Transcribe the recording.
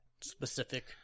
specific